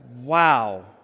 Wow